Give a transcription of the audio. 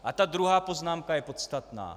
A ta druhá poznámka je podstatná.